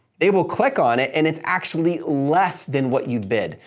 they will click on it and it's actually less than what you bid.